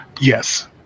yes